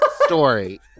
story